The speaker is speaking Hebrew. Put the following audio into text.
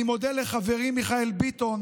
אני מודה לחברי מיכאל ביטון